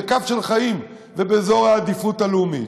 זה קו של חיים, ובאזור העדיפות הלאומית.